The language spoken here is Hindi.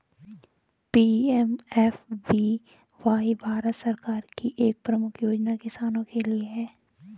पी.एम.एफ.बी.वाई भारत सरकार की एक प्रमुख योजना किसानों के लिए है